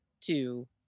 Two